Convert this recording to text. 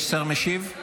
יש שר משיב?